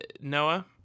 Noah